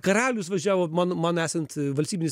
karalius važiavo man man esant valstybinis